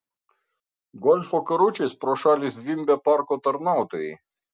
golfo karučiais pro šalį zvimbė parko tarnautojai